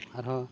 ᱟᱨᱦᱚᱸ